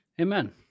Amen